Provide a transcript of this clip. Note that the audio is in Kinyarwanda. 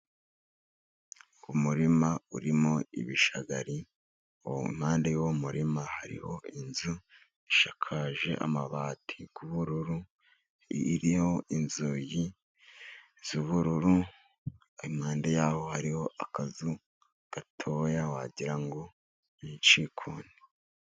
Umurima urimo ibishagari. Iruhande y’uwo murima, hariho inzu isakaje amabati y’ubururu; iriho inzugi z’ubururu. Iruhande y’aho, hariho akazu gatoya, wagira ngo ni igikoni.